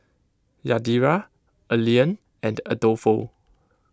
Yadira Allean and Adolfo